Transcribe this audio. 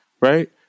right